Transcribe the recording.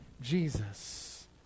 Jesus